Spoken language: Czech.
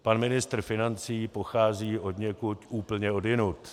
Pan ministr financí pochází odněkud úplně odjinud.